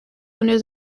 under